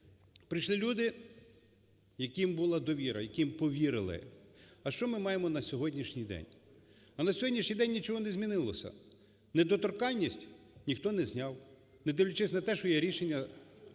Прийшли люди, яким була довіра, яким повірили. А що ми маємо на сьогоднішній день? А на сьогоднішній день нічого не змінилося, недоторканність ніхто не зняв, не дивлячись на те, що є рішення